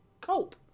cope